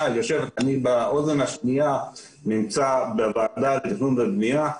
אני לא יודע אם רשום לפניך הסטטוס של התכנית של אבו תלול.